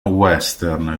western